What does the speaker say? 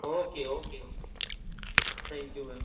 okay okay okay thank you ma'am